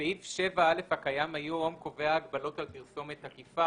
סעיף 7א הקיים היום קובע הגבלות על פרסומת עקיפה.